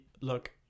look